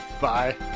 Bye